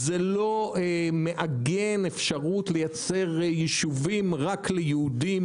זה לא מעגן לייצר יישובים רק ליהודים,